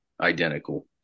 identical